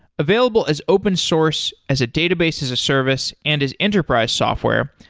available as open source, as a database, as a service and as enterprise software,